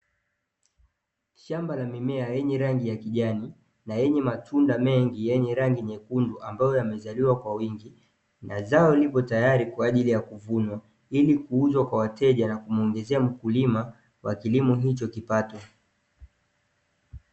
Shamba la mimea na lenye rangi ya kijani na yenye matunda mengi, yenye rangi nyekundu, ambayo yamezaliwa kwa wingi. Na zao lipotayari kwa ajili ya kuvunwa, ili kuuzwa kwa wateja na kumuongezea mkulima wa kilimo hicho kipato.